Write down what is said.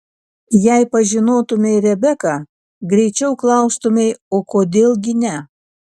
jei pažinotumei rebeką greičiau klaustumei o kodėl gi ne